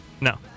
No